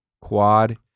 quad